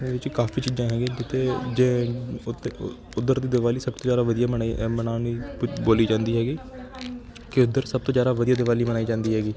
ਵਿੱਚ ਕਾਫ਼ੀ ਚੀਜ਼ਾਂ ਹੈਗੀਆਂ ਜਿੱਥੇ ਜੇ ਉੱਥੇ ਉੱਧਰ ਦੀ ਦੀਵਾਲੀ ਸਭ ਤੋਂ ਜ਼ਿਆਦਾ ਵਧੀਆ ਮਨਾਈ ਮਨਾਉਣੀ ਬ ਬੋਲੀ ਜਾਂਦੀ ਹੈਗੀ ਕਿ ਉੱਧਰ ਸਭ ਤੋਂ ਜ਼ਿਆਦਾ ਵਧੀਆ ਦੀਵਾਲੀ ਮਨਾਈ ਜਾਂਦੀ ਹੈਗੀ